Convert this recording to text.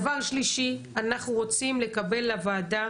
דבר שלישי, אנחנו רוצים לקבל לוועדה